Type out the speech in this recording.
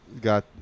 got